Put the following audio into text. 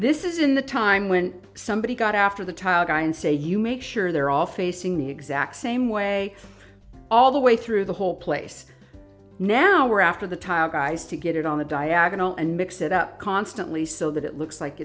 this isn't the time when somebody's got after the tile guy and say you make sure they're all facing the exact same way all the way through the whole place now we're after the tile guys to get it on the diagonal and mix it up constantly so that it looks like